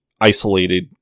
isolated